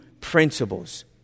principles